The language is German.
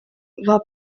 war